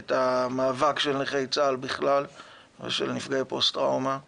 את המאבק של נכי צה"ל בכלל ושל נפגעי פוסט-טראומה בפרט,